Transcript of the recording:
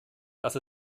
dass